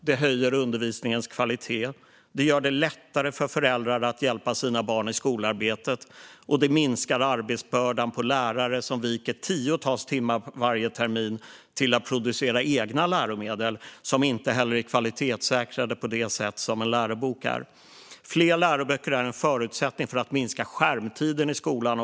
Det höjer undervisningens kvalitet, gör det lättare för föräldrar att hjälpa sina barn i skolarbetet och minskar arbetsbördan för lärare som lägger tiotals timmar varje termin på att producera egna läromedel, som dessutom inte är kvalitetssäkrade på det sätt som en lärobok är. Fler läroböcker är också en förutsättning för att minska skärmtiden i skolan.